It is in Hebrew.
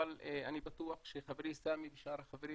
אבל אני בטוח שחברי סמי ושאר החברים